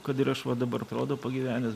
kad ir aš va dabar atrodau pagyvenęs